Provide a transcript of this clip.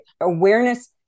Awareness